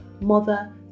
mother